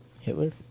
Hitler